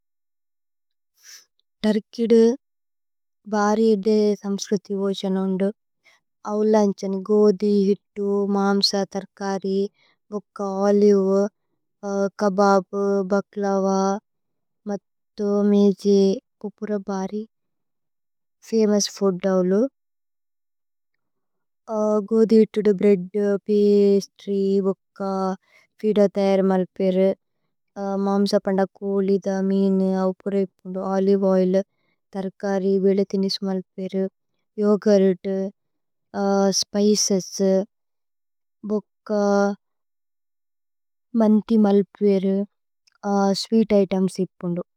തര്കിദു ഭരി ഏദു സമ്സ്ക്രുതി ഓജനോന്ദു ഔലന്ഛനി। ഗോദി, ഹിത്തു, മാമ്സ, തര്കരി വുക്ക ഓലിവു കബബു। ബക്ലവ മത്ഥു മേജേ, കോപുര ബരി ഫമോഉസ് ഫൂദ്। ഔലു ഗോദി, ഹിത്തു, ബ്രേഅദ്, പസ്ത്ര്യ് വുക്ക, ഫീദ। തയരമല് പേരു മാമ്സ പന്ദകോലി ധമീനു ഓലിവു। ഓഇലു തര്കരി വേദു ഥിനിസു മല്പു പേരു യോഘുര്ത്। സ്പിചേസ് വുക്ക മന്ഥി മല്പു പേരു സ്വീത് ഇതേമ്സ്।